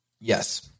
Yes